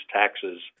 taxes